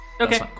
Okay